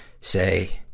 say